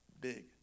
big